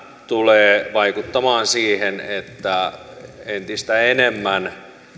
tulee vaikuttamaan siihen että entistä enemmän